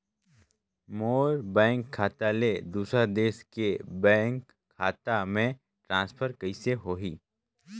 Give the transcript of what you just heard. मोर bank खाता ले दुसर देश के बैंक खाता मे ट्रांसफर कइसे होही?